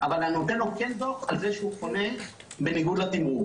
אבל אני נותן לו דוח על כך שהוא חונה בניגוד לתמרור.